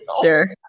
Sure